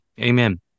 amen